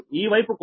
67ఈ వైపు కూడా